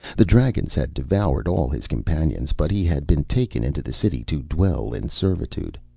the dragons had devoured all his companions, but he had been taken into the city to dwell in servitude.